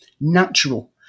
natural